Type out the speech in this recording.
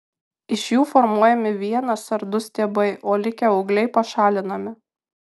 iš jų formuojami vienas ar du stiebai o likę ūgliai pašalinami